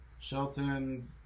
Shelton